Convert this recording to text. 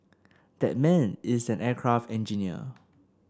that man is an aircraft engineer